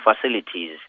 facilities